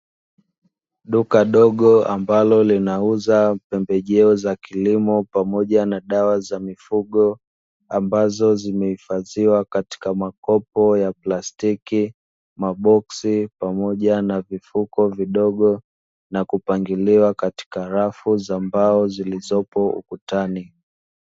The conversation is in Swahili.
Duka dogo ambalo linauza pembejeo za kilimo pamoja na dawa za mifugo ambazo zimehifadhiwa katika makopo ya plastiki, maboksi pamoja na vifuko vidogo na kupangiliwa katika rafu za mbao zilizopo ukutani.